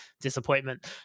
disappointment